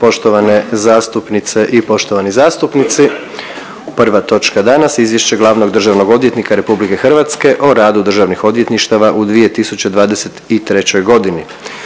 poštovane zastupnice i poštovani zastupnici. Prva točka danas - Izvješće glavnog državnog odvjetnika Republike Hrvatske o radu državnih odvjetništava u 2023. godini.